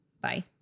Bye